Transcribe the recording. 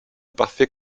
parfait